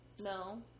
No